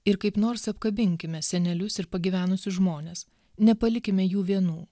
ir kaip nors apkabinkime senelius ir pagyvenusius žmones nepalikime jų vienų